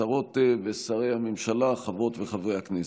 שרות ושרי הממשלה, חברות וחברי הכנסת,